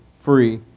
free